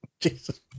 Jesus